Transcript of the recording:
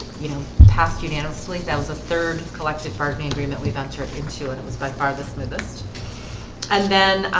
you know passed unanimously that was a third collective bargaining dream that we've entered into it it was by far the smoothest and then